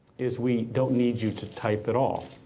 is, we don't need you to type at all.